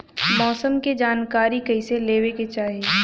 मौसम के जानकारी कईसे लेवे के चाही?